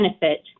benefit